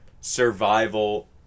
survival